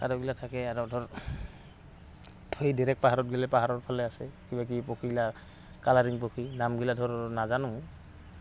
চাৰগিলাক থাকে আৰু ধৰ সেই ডেৰেক পাহাৰত গেলে পাহাৰৰ ফালে আছে কিবাকিবি পক্ষীগিলা কালাৰিং পক্ষী নামগিলা ধৰ নাজানো